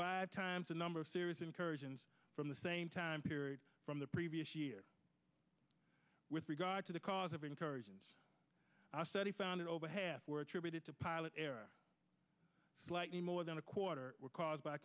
five times the number of serious incursions from the same time period from the previous year with regard to the cause of incursions a study found that over half were attributed to pilot error slightly more than a quarter were caused by